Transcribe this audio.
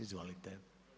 Izvolite.